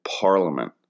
Parliament